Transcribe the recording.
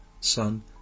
Son